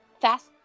fast